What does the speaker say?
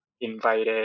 invited